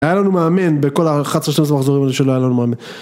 היה לנו מאמן בכל האחת עשרה שתיים עשרה מחזורים האלה שלא היה לנו מאמן.